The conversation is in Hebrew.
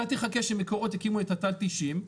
אתה תחכה שמקורות יקימו את התת אישים,